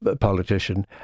politician